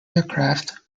aircraft